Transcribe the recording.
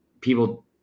people